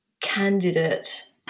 candidate